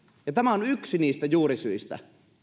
tämä on yksi niistä juurisyistä